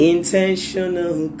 Intentional